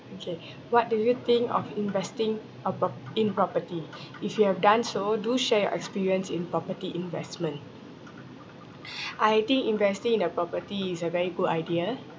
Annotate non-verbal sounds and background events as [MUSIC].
okay what do you think of investing a prop~ in property if you have done so do share your experience in property investment [NOISE] I think investing in a property is a very good idea